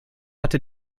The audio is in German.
hatte